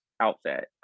outfit